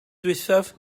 ddiwethaf